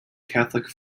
catholic